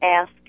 ask